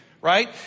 right